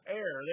air